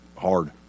hard